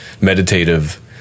meditative